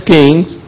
Kings